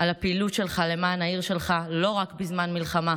על הפעילות שלך למען העיר שלך לא רק בזמן מלחמה,